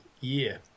year